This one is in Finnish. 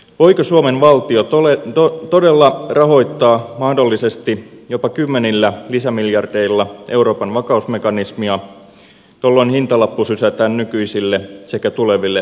voiko suomen valtio todella rahoittaa mahdollisesti jopa kymmenillä lisämiljardeilla euroopan vakausmekanismia jolloin hintalappu sysätään nykyisille sekä tuleville sukupolville